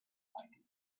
fighting